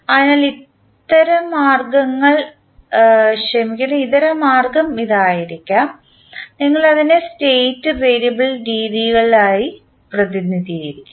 അതിനാൽ ഇതരമാർഗ്ഗം ഇതായിരിക്കാം നിങ്ങൾ അതിനെ സ്റ്റേറ്റ് വേരിയബിൾ രീതികളായി പ്രതിനിധീകരിക്കുന്നു